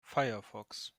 firefox